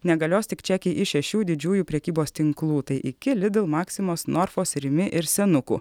negalios tik čekiai iš šešių didžiųjų prekybos tinklų tai iki lidl maksimos norfos rimi ir senukų